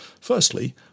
Firstly